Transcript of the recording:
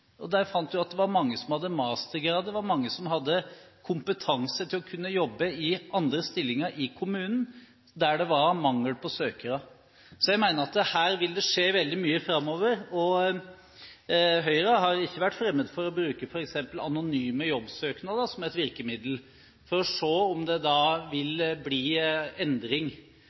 mange hadde mastergrad, mange hadde kompetanse til å jobbe i andre stillinger i kommunen, der det var mangel på søkere. Så jeg mener at her vil det skje veldig mye framover. Høyre har ikke vært fremmed for å bruke f.eks. anonyme jobbsøknader som et virkemiddel for å se om det da vil bli endring.